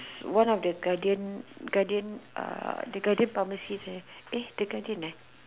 one of the Guardian Guardian uh the Guardian pharmacies there eh the Guardian [neh]